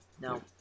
No